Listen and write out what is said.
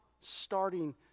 starting